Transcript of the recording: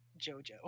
JoJo